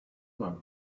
monk